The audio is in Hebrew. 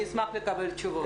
אני אשמח לקבל תשובות.